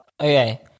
Okay